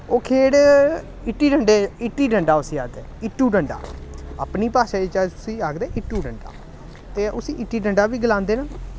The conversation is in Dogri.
ओह् खेढ इट्टी डंडे इट्टी डंडा उस्सी आखदे इट्टू डंडा अपनी भाशा च अस उस्सी आखदे इट्टू डंडा ते उस्सी इट्टी डंडा गलांदे न